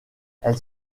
elle